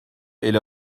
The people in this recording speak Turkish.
ele